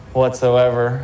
whatsoever